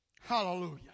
hallelujah